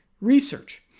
research